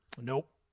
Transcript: Nope